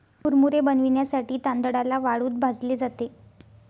मुरमुरे बनविण्यासाठी तांदळाला वाळूत भाजले जाते